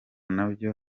nabyo